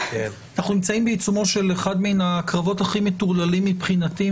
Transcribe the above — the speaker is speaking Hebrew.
אנחנו נמצאים בעיצומו של אחד מן הקרבות הכי מטורללים מבחינתי,